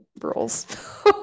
rules